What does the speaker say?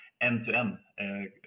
end-to-end